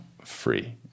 free